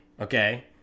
Okay